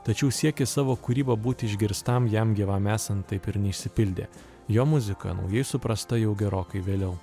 tačiau siekis savo kūryba būti išgirstam jam gyvam esant taip ir neišsipildė jo muzika naujai suprasta jau gerokai vėliau